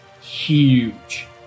huge